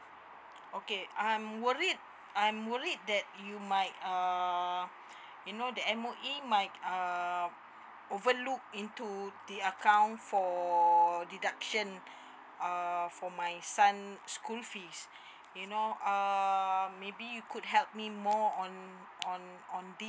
okay I'm worried I'm worried that you might uh you know that M_O_E might uh overlook into the account for deduction err for my son school fees you know err maybe you could help me more on on this